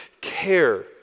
care